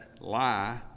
lie